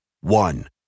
One